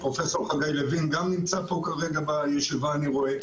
פרופ' חגי לוין נמצא גם פה בישיבה אני רואה.